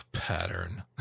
pattern